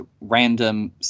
random